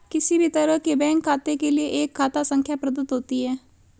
किसी भी तरह के बैंक खाते के लिये एक खाता संख्या प्रदत्त होती है